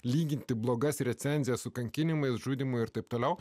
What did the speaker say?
lyginti blogas recenzijas su kankinimais žudymu ir taip toliau